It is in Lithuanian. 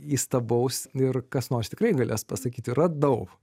įstabaus ir kas nors tikrai galės pasakyti radau